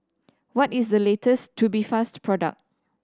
what is the latest Tubifast product